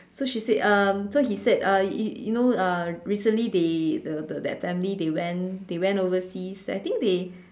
so she said um so he said uh you you know uh recently they the that family they went they went overseas I think they